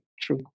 true